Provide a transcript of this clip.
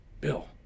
Bill